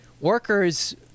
workers